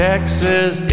Texas